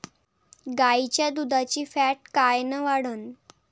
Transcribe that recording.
गाईच्या दुधाची फॅट कायन वाढन?